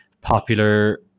popular